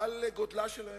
על גודלה של הממשלה.